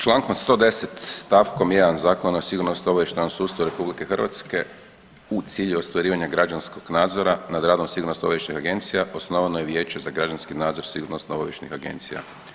Člankom 110. stavkom 1. Zakona o sigurnosno-obavještajnom sustavu Republike Hrvatske u cilju ostvarivanja građanskog nadzora nad radom sigurnosno-obavještajnih agencija osnovano je Vijeće za građanski nadzor sigurnosno-obavještajnih agencija.